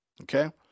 Okay